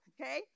Okay